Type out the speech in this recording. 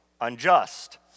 unjust